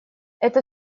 это